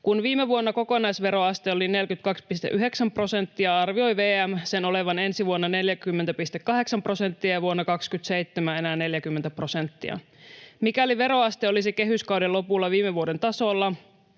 Kun viime vuonna kokonaisveroaste oli 42,9 prosenttia, arvioi VM sen olevan ensi vuonna 40,8 prosenttia ja vuonna 27 enää 40 prosenttia. Mikäli veroaste olisi kehyskauden lopulla viime vuoden tasolla,